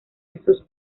jesús